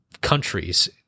countries